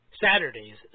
Saturdays